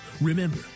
Remember